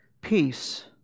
Peace